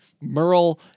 Merle